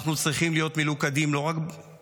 אנחנו צריכים להיות מלוכדים לא רק בישראל.